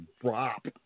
drop